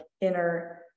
inner